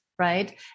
Right